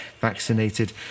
vaccinated